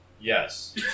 Yes